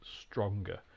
stronger